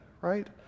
right